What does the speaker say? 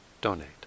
donate